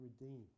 redeemed